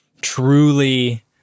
truly